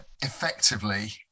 effectively